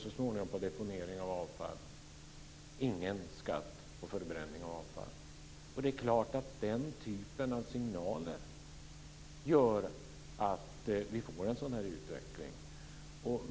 så småningom införs det ett förbud mot deponering av avfall, men det är ingen skatt på förbränning av avfall. Det är klart att den typen av signaler gör att vi får den här utvecklingen.